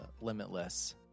Limitless